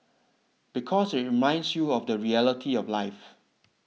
because it reminds you of the reality of life